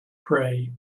pray